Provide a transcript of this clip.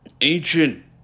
ancient